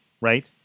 right